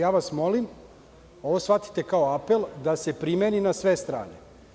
Ja vas molim da ovo shvatite kao apel da se primeni na sve strane.